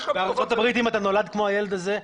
בארצות הברית אם אתה נולד כמו הילד הזה,